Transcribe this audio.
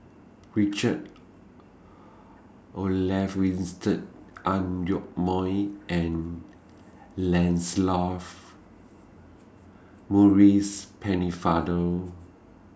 Richard Olaf Winstedt Ang Yoke Mooi and Lancelot Maurice Pennefather